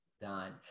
done